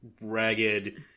ragged